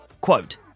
quote